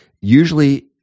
usually